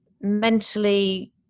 mentally